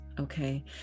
okay